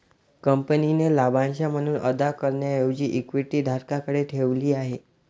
कंपनीने लाभांश म्हणून अदा करण्याऐवजी इक्विटी धारकांकडे ठेवली आहे